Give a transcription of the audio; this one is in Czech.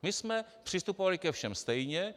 My jsme přistupovali ke všem stejně.